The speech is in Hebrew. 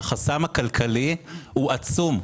החסם הכלכלי הוא עצום,